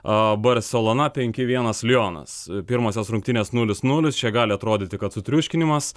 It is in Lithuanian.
barselona penki vienas lionas pirmosios rungtynės nulis nulis čia gali atrodyti kad sutriuškinimas